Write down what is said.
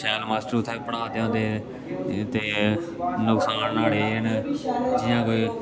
शैल मास्टर उ'त्थें पढ़ाऽ दे होंदे ते नुकसान न्हाड़े एह् न जि'यां कोई